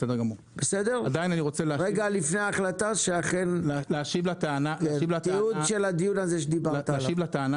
לפני ההחלטה, תיעוד לדיון הזה שדיברת עליו.